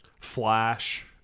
flash